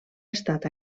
estat